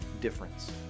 difference